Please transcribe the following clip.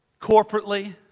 corporately